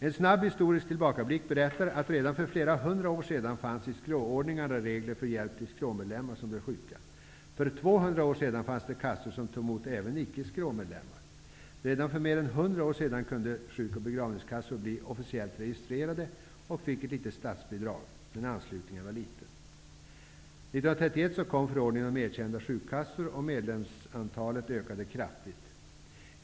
En snabb historisk tillbakablick berättar att redan för flera hundra år sedan fanns i skråordningarna regler för hjälp till skråmedlemmar som blev sjuka. För 200 år sedan fanns det kassor som tog emot även icke-skråmedlemmar. Redan för mer än 100 år sedan kunde sjuk och begravningskassor bli officiellt registrerade och få ett litet statsbidrag. Men anslutningen var liten. År 1931 kom förordningen om erkända sjukkassor, och medlemsantalet ökade kraftigt.